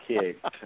kicked